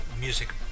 music